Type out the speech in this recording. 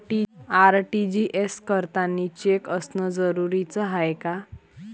RTGS करतांनी cheque असनं जरुरीच हाय का?